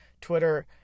Twitter